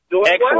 Excellent